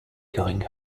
going